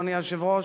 אדוני היושב-ראש,